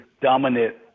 dominant